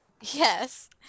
Yes